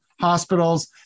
hospitals